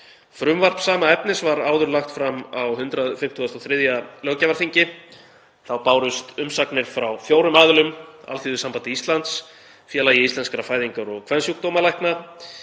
Frumvarp sama efnis var áður lagt fram á 153. löggjafarþingi. Þá bárust umsagnir frá fjórum aðilum: Alþýðusambandi Íslands, Félagi íslenskra fæðingar- og kvensjúkdómalækna,